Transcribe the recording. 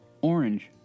orange